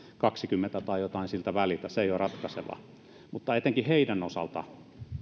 kaksikymmentä vai jotain siltä väliltä mutta etenkin heidän osaltaan